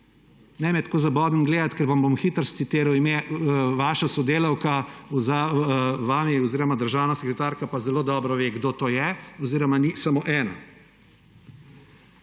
Ne me tako zabodeno gledati, ker vam bom hitro citiral ime, vaša sodelavka za vami oziroma državna sekretarka, pa zelo dobro ve, kdo to je oziroma ni samo ena.